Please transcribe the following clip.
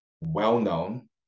well-known